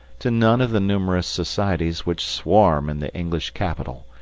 to none of the numerous societies which swarm in the english capital,